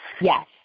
Yes